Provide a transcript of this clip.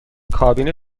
کابین